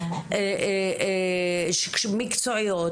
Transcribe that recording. מקצועיות.